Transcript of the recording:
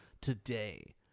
today